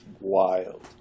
wild